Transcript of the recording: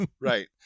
right